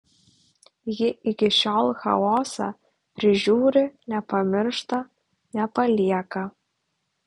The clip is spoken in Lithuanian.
ji iki šiol chaosą prižiūri nepamiršta nepalieka